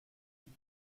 die